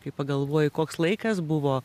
kai pagalvoji koks laikas buvo